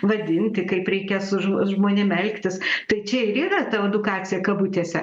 vadinti kaip reikia su žmo žmonėm elgtis tai čia ir yra ta edukacija kabutėse